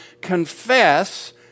confess